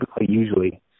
usually